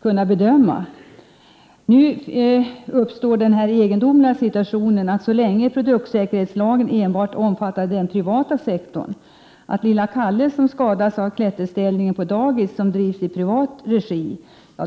bedöma deras säkerhet. Nu uppstår den egendomliga situationen att så länge produktsäkerhetslagen enbart omfattar den privata sektorn omfattar den lilla Kalle som skadar sig på klätterställningen på dagis som bedrivs i privat regi.